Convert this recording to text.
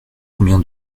combien